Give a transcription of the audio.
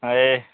ହଏ